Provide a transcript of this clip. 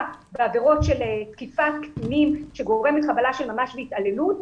בעבירות של תקיפת קטינים שגורמת חבלה של ממש והתעללות,